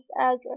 address